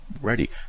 ready